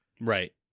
Right